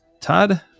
Todd